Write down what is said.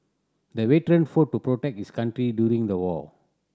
the veteran fought to protect his country during the war